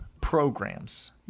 programs